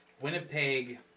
Winnipeg